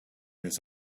this